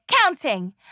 counting